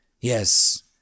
Yes